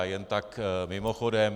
Jen tak mimochodem.